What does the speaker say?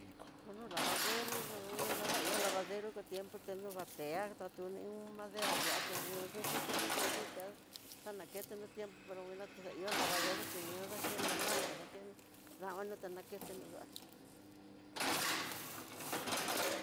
Kono lavadero nguena nguai lavadero, kotien kotien, tatuni madera yua kuxhitono, yu yuté xanakeno tiempo pero kuinate ihó lavadero teño dakeno nama dakeno namana ta dakeno damana ta nakeno yu'á ujun.